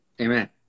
Amen